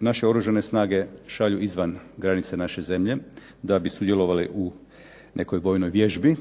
naše Oružane snage šalju izvan granica naše zemlje, da bi sudjelovale u nekoj vojnoj vježbi,